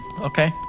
Okay